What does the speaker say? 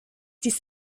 dies